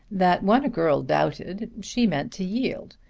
that when a girl doubted she meant to yield.